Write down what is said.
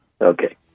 Okay